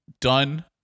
done